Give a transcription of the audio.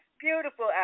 beautiful